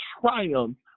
triumph